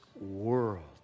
world